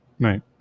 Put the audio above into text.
Right